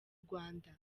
rwanda